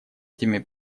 этими